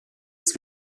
was